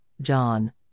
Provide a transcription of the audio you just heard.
John